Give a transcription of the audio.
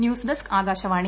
news desk Akashvani